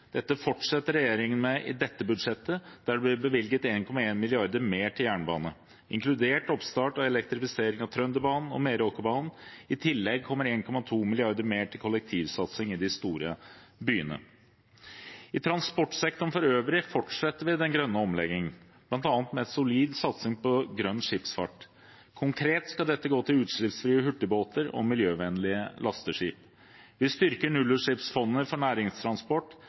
Dette fortsetter regjeringen med i dette budsjettet, der det blir bevilget 1,1 mrd. kr mer til jernbane, inkludert oppstart og elektrifisering av Trønderbanen og Meråkerbanen. I tillegg kommer 1,2 mrd. kr mer til kollektivsatsing i de store byene. I transportsektoren for øvrig fortsetter vi den grønne omleggingen, bl.a. med en solid satsing på grønn skipsfart. Konkret skal dette gå til utslippsfrie hurtigbåter og miljøvennlige lasteskip. Vi styrker nullutslippsfondet for næringstransport,